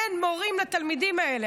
אין מורים לתלמידים האלה.